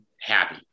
happy